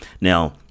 Now